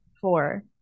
four